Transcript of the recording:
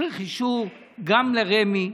מצריכה אישור של רמ"י,